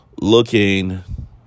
looking